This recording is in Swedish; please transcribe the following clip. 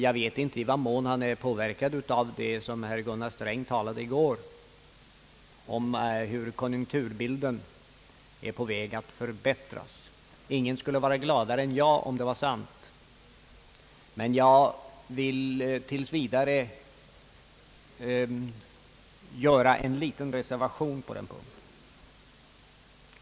Jag vet inte i vad mån han är påverkad av statsrådet Gunnar Strängs tal i går om att konjunkturbilden är på väg att förbättras. Ingen skulle vara gladare än jag om det var sant. Men jag vill tills vidare göra en liten reservation på den punkten.